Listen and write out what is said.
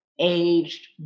Aged